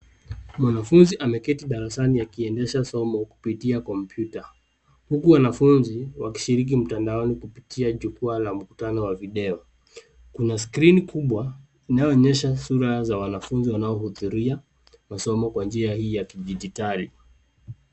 Mwanafunzi ameketi darasani akiendesha somo kupitia kompyuta huku wanafunzi wakishiriki mtandaoni kupitia jukwaa la mkutano wa video. Kuna skrini kubwa inayoonyesha sura za wanafunzi wanaohudhuria masomo kwa njia hii ya kidijitali.